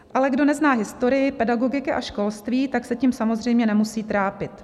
Ale kdo nezná historii pedagogiky a školství, tak se tím samozřejmě nemusí trápit.